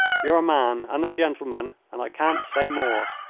you're a man and a gentleman, and i can't say more.